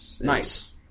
nice